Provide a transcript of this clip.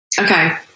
Okay